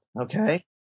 Okay